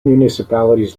municipalities